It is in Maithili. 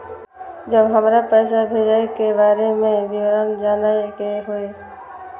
जब हमरा पैसा भेजय के बारे में विवरण जानय के होय?